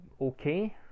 okay